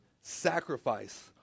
sacrifice